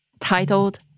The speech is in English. Titled